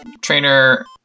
trainer